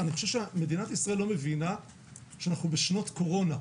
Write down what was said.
אני חושב שמדינת ישראל לא מבינה שאנחנו בשנות קורונה.